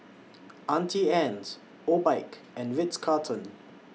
Auntie Anne's Obike and Ritz Carlton